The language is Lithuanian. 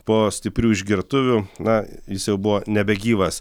po stiprių išgertuvių na jis jau buvo nebegyvas